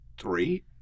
three